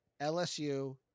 lsu